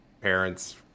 parents